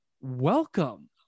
welcome